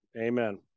Amen